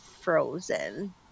Frozen